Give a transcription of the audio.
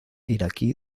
iraquí